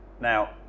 now